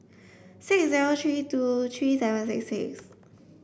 six zero three two three seven six six